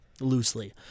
loosely